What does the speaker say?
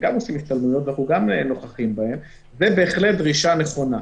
אנחנו גם נוכחים בהן זו בהחלט דרישה נכונה.